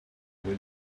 will